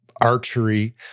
archery